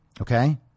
okay